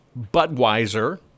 Budweiser